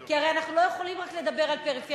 כי הרי אנחנו לא יכולים רק לדבר על פריפריה,